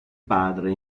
padre